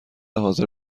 حاضر